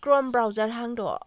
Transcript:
Chrome browser ꯍꯥꯡꯗꯣꯛꯑꯣ